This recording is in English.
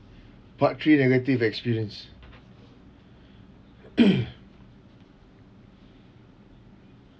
part three negative experience